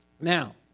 Now